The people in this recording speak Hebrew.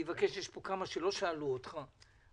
יש פה כאלה שלא שאלו אותך.